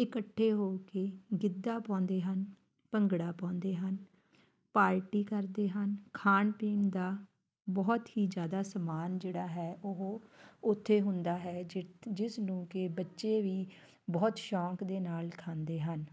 ਇਕੱਠੇ ਹੋ ਕੇ ਗਿੱਧਾ ਪਾਉਂਦੇ ਹਨ ਭੰਗੜਾ ਪਾਉਂਦੇ ਹਨ ਪਾਰਟੀ ਕਰਦੇ ਹਨ ਖਾਣ ਪੀਣ ਦਾ ਬਹੁਤ ਹੀ ਜ਼ਿਆਦਾ ਸਮਾਨ ਜਿਹੜਾ ਹੈ ਉਹ ਉੱਥੇ ਹੁੰਦਾ ਹੈ ਜਿ ਜਿਸ ਨੂੰ ਕਿ ਬੱਚੇ ਵੀ ਬਹੁਤ ਸ਼ੌਂਕ ਦੇ ਨਾਲ ਖਾਂਦੇ ਹਨ